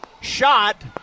Shot